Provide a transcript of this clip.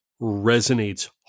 resonates